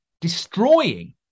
destroying